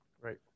Right